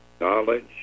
Knowledge